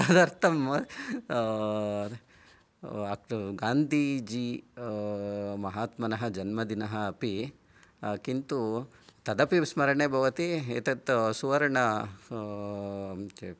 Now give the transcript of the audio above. तदर्थं गान्धीजी महात्मनः जन्मदिनम् अपि किन्तु तदपि विस्मरणे भवति एतत् तु सुवर्ण